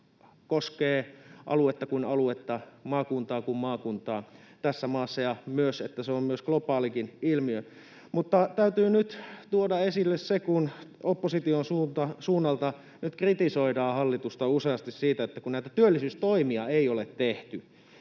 koskee aluetta kuin aluetta, maakuntaa kuin maakuntaa tässä maassa, ja myös, että se on globaalikin ilmiö. Mutta täytyy nyt tuoda esille se, kun opposition suunnalta nyt kritisoidaan hallitusta useasti siitä, että näitä työllisyystoimia ei ole tehty